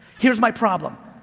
here's my problem,